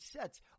sets